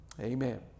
Amen